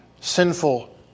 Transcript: sinful